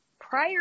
Prior